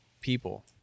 people